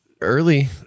early